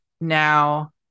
now